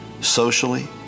socially